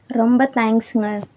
ரொம்ப தேங்க்ஸுங்க